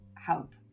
help